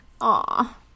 Aw